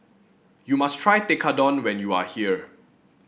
you must try Tekkadon when you are here